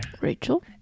Rachel